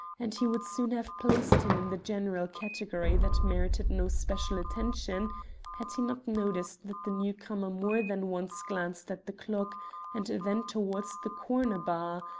and he would soon have placed him in the general category that merited no special attention had he not noticed that the newcomer more than once glanced at the clock and then towards the corner bar,